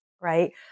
right